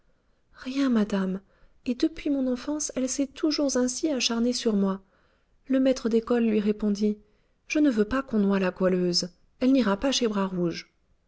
rien madame et depuis mon enfance elle s'est toujours ainsi acharnée sur moi le maître d'école lui répondit je ne veux pas qu'on noie la goualeuse elle n'ira pas chez